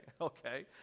okay